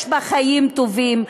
יש בה חיים טובים,